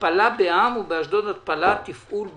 התפלה בע"מ ובאשדוד התפלה תפעול בע"מ.